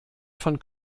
von